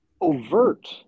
overt